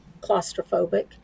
claustrophobic